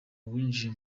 winjiye